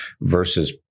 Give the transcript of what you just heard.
versus